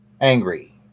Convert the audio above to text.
angry